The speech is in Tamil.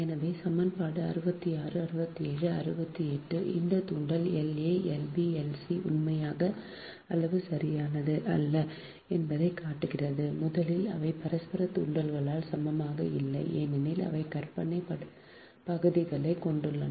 எனவே சமன்பாடு 66 67 68 இந்த தூண்டல் L a L b L c உண்மையான அளவு சரியானது அல்ல என்பதைக் காட்டுகிறது முதலில் அவை பரஸ்பர தூண்டல்களால் சமமாக இல்லை ஏனெனில் அவை கற்பனையான பகுதிகளைக் கொண்டுள்ளன